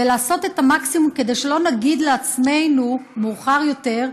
ולעשות את המקסימום כדי שלא נגיד לעצמנו מאוחר יותר: